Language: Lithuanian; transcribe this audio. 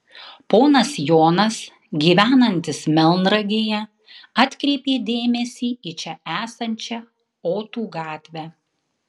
ponas jonas gyvenantis melnragėje atkreipė dėmesį į čia esančią otų gatvę